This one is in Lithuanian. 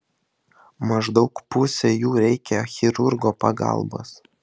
maždaug pusei jų reikia chirurgo pagalbos